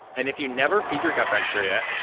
and if you never feed your gut bacteria,